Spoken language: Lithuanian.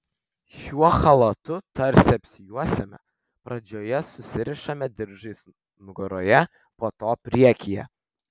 šiuo chalatu tarsi apsijuosiame pradžioje susirišame diržais nugaroje po to priekyje